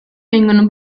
vengono